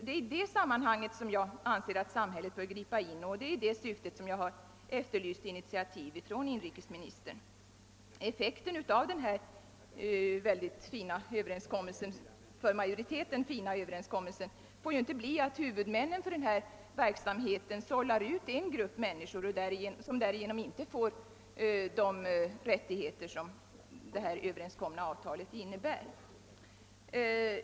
Det är i det sammanhanget jag anser att samhället bör gripa in, och det är i detta syfte jag har efterlyst initiativ från inrikesministern. Effekten av denna för majoriteten mycket fina överenskommelse får inte bli att huvudmännen för denna verksamhet sållar ut en grupp människor, som därigenom inte får de rättigheter som avtalet innebär.